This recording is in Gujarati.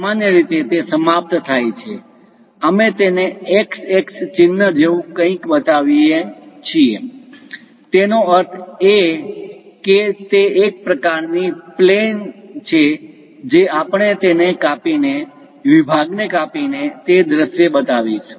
સામાન્ય રીતે તે સમાપ્ત થાય છે અમે તેને X x ચિહ્ન જેવું કંઈક બતાવીએ છીએ તેનો અર્થ એ કે તે એક પ્રકારની પ્લેન plane સપાટી છે જે આપણે તેને કાપીને વિભાગને કાપીને તે દૃશ્ય બતાવીશું